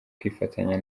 kwifatanya